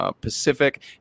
Pacific